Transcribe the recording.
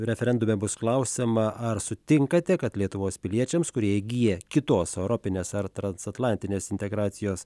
referendume bus klausiama ar sutinkate kad lietuvos piliečiams kurie įgiję kitos europinės ar transatlantinės integracijos